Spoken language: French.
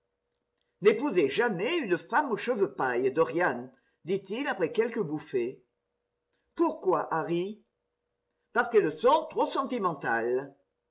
n'épousez jamais une femme aux cheveux paille dorian dit-il après quelques bouffées pourquoi harry parce qu'elles sont trop sentimentales